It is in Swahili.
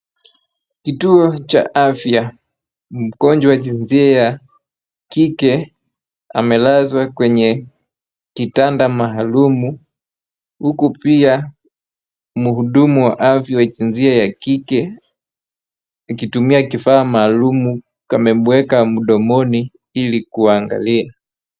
Kituo cha afya. Mgonjwa jinsia ya kike, amelazwa kwenye kitanda maalum, huku pia, mhudumu wa afya jinsia ya kike, akitumia kifaa maalum amemweka mdomoni ili kuangalie.